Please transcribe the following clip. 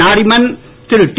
நாரிமன் திருடி